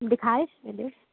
ॾेखारे छॾियो